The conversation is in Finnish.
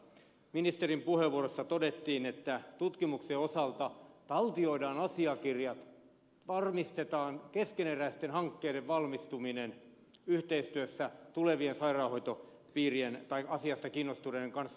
ministerin puheenvuorossa todettiin että tutkimuksen osalta taltioidaan asiakirjat varmistetaan keskeneräisten hankkeiden valmistuminen yhteistyössä tulevien sairaanhoitopiirien tai asiasta kiinnostuneiden kanssa